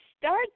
start